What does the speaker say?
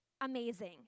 amazing